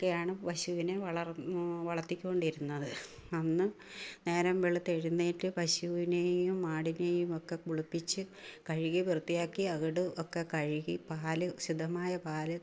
ഒക്കെയാണ് പശുവിനെ വളർ വളർത്തിക്കൊണ്ടിരുന്നത് അന്ന് നേരം വെളുത്തെഴുന്നേറ്റ് പശുവിനെയും ആടിനെയുമൊക്കെ കുളിപ്പിച്ച് കഴുകിവൃത്തിയാക്കി അകിട് ഒക്കെ കഴുകി പാൽ ഉചിതമായ പാല്